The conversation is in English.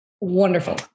Wonderful